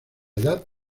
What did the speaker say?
edad